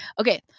Okay